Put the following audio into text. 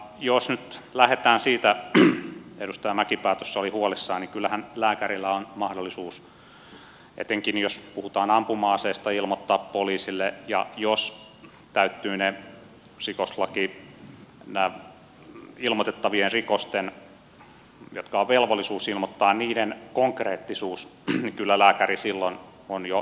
jos nyt lähdetään siitä mistä edustaja mäkipää tuossa oli huolissaan niin kyllähän lääkäreillä on mahdollisuus etenkin jos puhutaan ampuma aseista ilmoittaa poliisille ja jos täyttyy rikoslaissa ilmoitettavien rikosten jotka on velvollisuus ilmoittaa konkreettisuus niin kyllä lääkäri silloin on jo ilmoitusvelvollinen